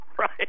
Right